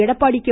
Edappadi K